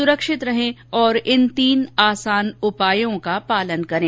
सुरक्षित रहें और इन तीन आसान उपायों का पालन करें